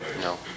no